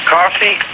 Coffee